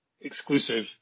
exclusive